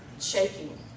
shaking